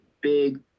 big